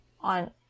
on